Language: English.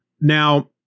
Now